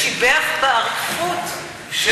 הוא ממש שיבח באריכות את חברות הכנסת מהאופוזיציה.